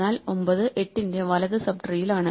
എന്നാൽ 9 8 ന്റെ വലത് സബ്ട്രീയിലാണ്